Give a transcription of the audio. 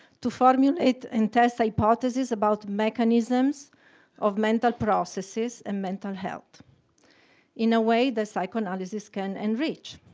to formulate and test hypotheses about mechanisms of mental processes and mental health in a way that psychoanalysis can enrich.